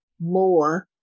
more